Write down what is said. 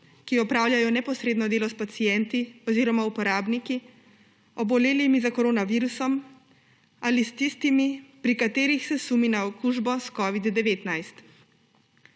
ki opravljajo neposredno delo s pacienti oziroma uporabniki, obolelimi za koronavirusom, ali s tistimi, pri katerih se sumi na okužbo s covidom-19.